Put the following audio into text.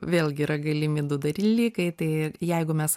vėlgi yra galimi du dalykai tai jeigu mes